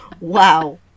Wow